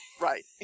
Right